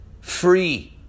free